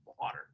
water